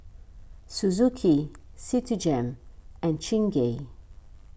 Suzuki Citigem and Chingay